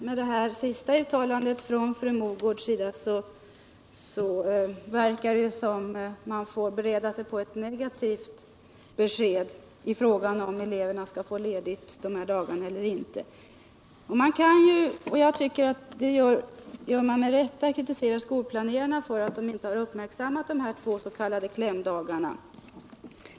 Herr talman! Fru Mogårds senaste uttalande antyder att man får bereda sig på ett negativt besked när det gäller huruvida eleverna skall få ledigt de här dagarna eller inte. Jag tycker att man med rätta kritiserar skolplanerarna för att de inte har uppmärksammat dessa två s.k. klämdagar.